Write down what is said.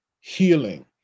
healing